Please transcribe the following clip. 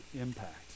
impact